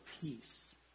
peace